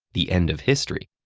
the end of history,